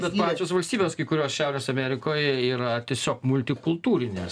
bet pačios valstybės kai kurios šiaurės amerikoje yra tiesiog multikultūrinės